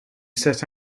set